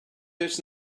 his